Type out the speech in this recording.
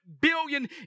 billion